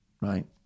right